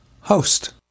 host